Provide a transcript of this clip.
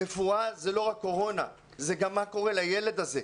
רפואה זה לא רק קורונה אלא זה גם מה קורה לילד הזה.